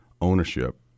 ownership